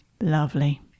Lovely